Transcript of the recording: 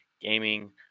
gaming